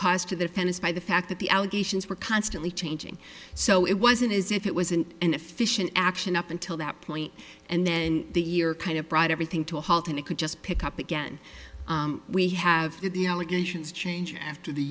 fairness by the fact that the allegations were constantly changing so it wasn't as if it was an inefficient action up until that point and then the year kind of brought everything to a halt and it could just pick up again we have the allegations change after the